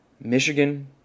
Michigan